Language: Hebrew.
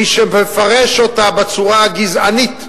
מי שמפרש אותה בצורה הגזענית,